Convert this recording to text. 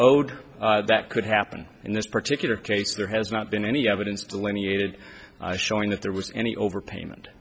d that could happen in this particular case there has not been any evidence delineated showing that there was any overpayment